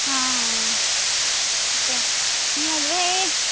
তাকে মই বোলো হেৰি